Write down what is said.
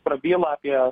prabyla apie